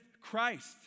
Christ